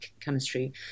chemistry